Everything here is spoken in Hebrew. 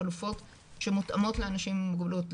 חלופות שמותאמות לאנשים עם מוגבלות.